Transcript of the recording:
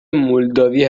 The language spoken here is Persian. مولداوی